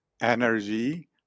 energy